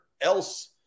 else